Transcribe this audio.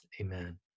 Amen